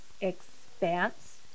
expanse